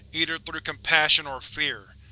either through compassion or fear.